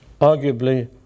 arguably